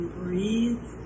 breathe